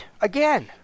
again